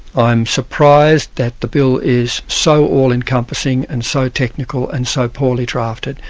i'm surprised that the bill is so all-encompassing and so technical and so poorly drafted.